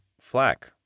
flak